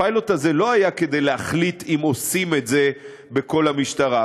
הפיילוט הזה לא היה כדי להחליט אם עושים את זה בכל המשטרה,